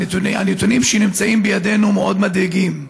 הנתונים שנמצאים בידינו מאוד מדאיגים.